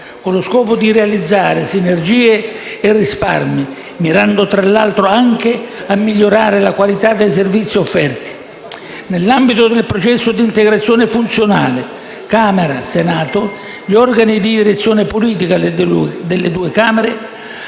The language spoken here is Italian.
con lo scopo di realizzare sinergie e risparmi, mirando tra l'altro anche a migliorare la qualità dei servizi offerti. Nell'ambito del processo di integrazione funzionale tra Camera e Senato, gli organi di direzione politica delle due Camere